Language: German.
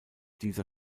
dieser